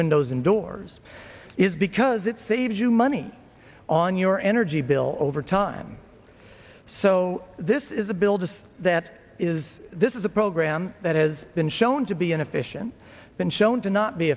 windows and doors is because it saves you money on your energy bill over time so this is a bill to say that is this is a program that has been shown to be inefficient been shown to not be